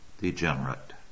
degenerate